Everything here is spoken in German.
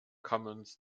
commons